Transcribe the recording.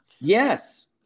Yes